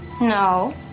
No